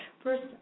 First